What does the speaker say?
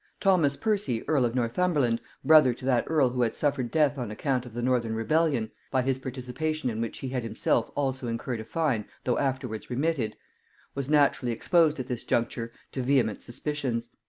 thomas percy earl of northumberland, brother to that earl who had suffered death on account of the northern rebellion by his participation in which he had himself also incurred a fine, though afterwards remitted was naturally exposed at this juncture to vehement suspicions.